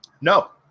No